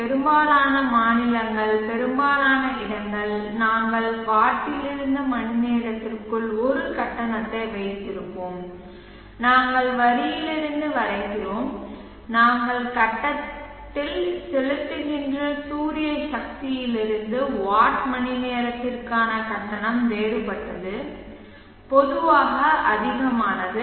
பெரும்பாலான மாநிலங்கள் பெரும்பாலான இடங்கள் நாங்கள் வாட்டிலிருந்து மணிநேரத்திற்கு ஒரு கட்டணத்தை வைத்திருப்போம் நாங்கள் வரியிலிருந்து வரைகிறோம் நாங்கள் கட்டத்தில் செலுத்துகின்ற சூரிய சக்தியிலிருந்து வாட் மணிநேரத்திற்கான கட்டணம் வேறுபட்டது பொதுவாக அதிகமானது